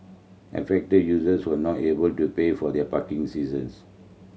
affected users were not able to pay for their parking seasons